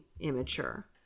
immature